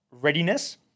readiness